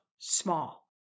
small